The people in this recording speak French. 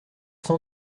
cent